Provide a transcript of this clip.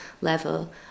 level